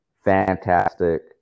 fantastic